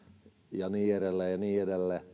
ja niin edelleen ja niin edelleen